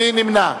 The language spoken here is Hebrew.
מי נמנע?